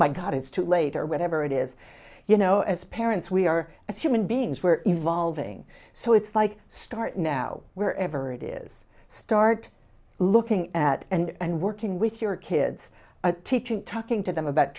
my god it's too late or whatever it is you know as parents we are as human beings we're evolving so it's like start now where ever it is start looking at and working with your kids teaching talking to them about